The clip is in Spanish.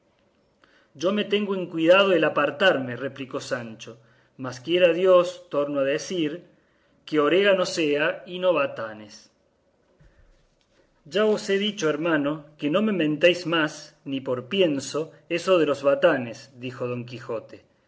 yo me tengo en cuidado el apartarme replicó sancho mas quiera dios torno a decir que orégano sea y no batanes ya os he dicho hermano que no me mentéis ni por pienso más eso de los batanes dijo don quijote